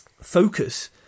Focus